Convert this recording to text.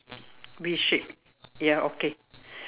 V shape ya okay